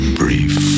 brief